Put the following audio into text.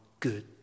good